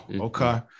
okay